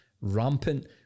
rampant